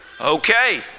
Okay